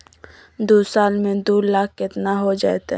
दू साल में दू लाख केतना हो जयते?